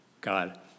God